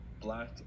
Black